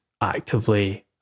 actively